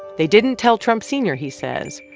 they didn't tell trump sr, he says,